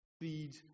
feed